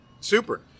Super